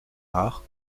art